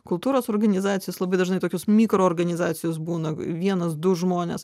kultūros organizacijos labai dažnai tokios mikrorganizacijos būna vienas du žmonės